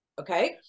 Okay